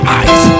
eyes